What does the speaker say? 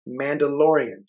Mandalorian